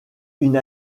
une